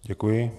Děkuji.